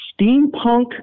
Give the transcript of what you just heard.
steampunk